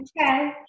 okay